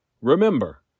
Remember